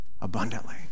abundantly